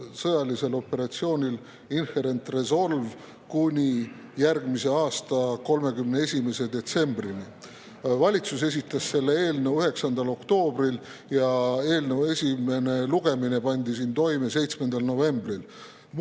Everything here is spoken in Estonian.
sõjalisel operatsioonil Inherent Resolve kuni järgmise aasta 31. detsembrini. Valitsus esitas selle eelnõu 9. oktoobril ja eelnõu esimene lugemine toimus siin 7. novembril.